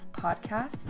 podcast